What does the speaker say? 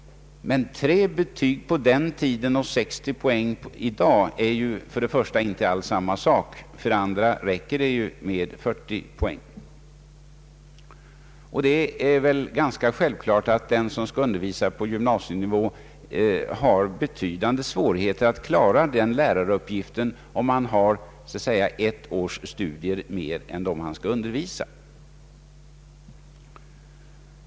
Men 3 betyg på den tiden och 60 poäng i dag är för det första inte alls samma sak, och för det andra räcker det ju nu med 40 poäng. Det är väl ganska självklart att den som skall undervisa på gymnasienivå får betydande svårigheter att klara sin läraruppgift om han endast har ett års studier mer än de elever han skall undervisa.